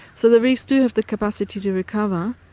so the reefs do have the capacity to recover.